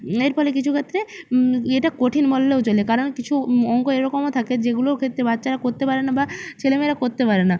এর ফলে কিছু ক্ষেত্রে এটা কঠিন বললেও চলে কারণ কিছু অঙ্ক এরকমও থাকে যেগুলোর ক্ষেত্রে বাচ্চারা করতে পারে না বা ছেলেমেয়েরা করতে পারে না